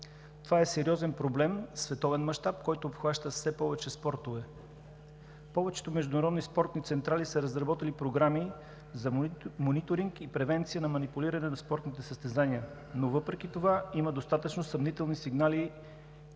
Това е сериозен проблем в световен мащаб, който обхваща все повече спортове. Повечето международни спортни централи са разработили програми за мониторинг и превенция на манипулиране на спортните състезания, но въпреки това има достатъчно съмнителни сигнали